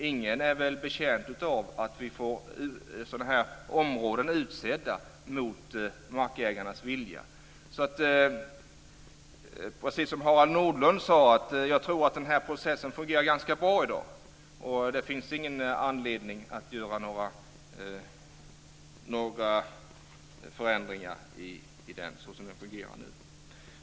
Ingen är betjänt av att vi får sådana här områden utsedda mot markägarnas vilja. Jag tror att den här processen fungerar ganska bra i dag, precis som Harald Nordlund sade. Det finns ingen anledning att göra några förändringar där.